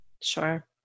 Sure